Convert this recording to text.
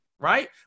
right